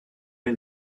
est